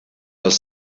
els